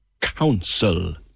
council